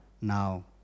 now